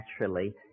naturally